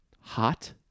hot